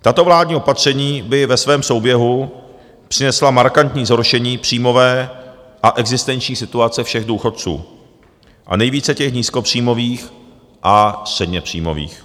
Tato vládní opatření by ve svém souběhu přinesla markantní zhoršení příjmové a existenční situace všech důchodců a nejvíce těch nízkopříjmových a středněpříjmových.